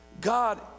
God